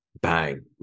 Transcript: Bang